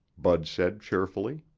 bud said cheerfully.